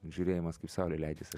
žiūrėjimas kaip saulė leidžiasi